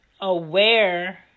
aware